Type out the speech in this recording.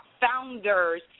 founders